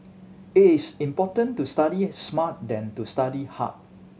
it is important to study smart than to study hard